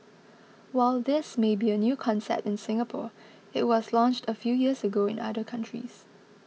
while this may be a new concept in Singapore it was launched a few years ago in other countries